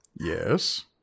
Yes